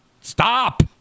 stop